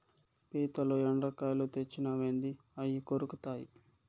పీతలు, ఎండ్రకాయలు తెచ్చినావేంది అయ్యి కొరుకుతాయి